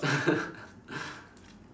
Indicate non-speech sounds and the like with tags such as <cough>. <laughs>